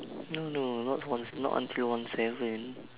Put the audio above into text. no no not one not until one seven